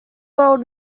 world